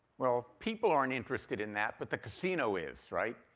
well people aren't interested in that, but the casino is, right?